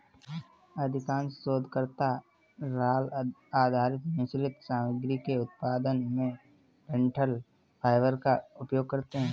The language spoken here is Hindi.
अधिकांश शोधकर्ता राल आधारित मिश्रित सामग्री के उत्पादन में डंठल फाइबर का उपयोग करते है